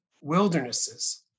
wildernesses